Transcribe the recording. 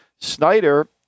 Snyder